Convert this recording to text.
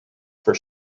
for